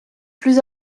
plus